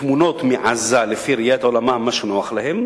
בתמונות מעזה לפי ראיית עולמם, מה שנוח להם.